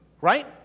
right